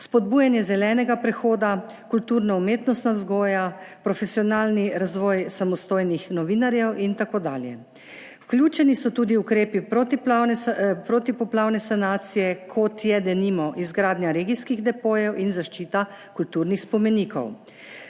spodbujanje zelenega prehoda, kulturno-umetnostna vzgoja, profesionalni razvoj samostojnih novinarjev in tako dalje. Vključeni so tudi ukrepi protipoplavne sanacije, kot je, denimo, izgradnja regijskih depojev in zaščita kulturnih spomenikov.